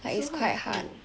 it's so hard to cope